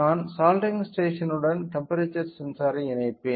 நான் சாலிடரிங் ஸ்டேஷனுடன் temperature sensor ஐ இணைப்பேன்